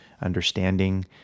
understanding